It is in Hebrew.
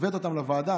הבאת אותם לוועדה,